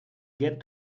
get